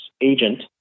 agent